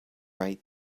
right